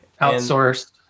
Outsourced